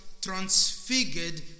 transfigured